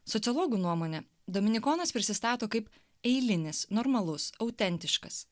sociologų nuomone dominikonas prisistato kaip eilinis normalus autentiškas